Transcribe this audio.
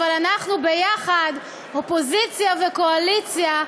אבל אנחנו יחד, אופוזיציה וקואליציה,